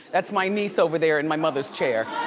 that's my niece over there in my mother's chair.